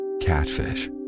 Catfish